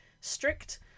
strict